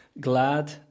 glad